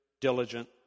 diligent